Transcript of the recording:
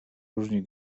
różni